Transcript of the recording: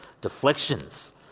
deflections